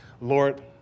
Lord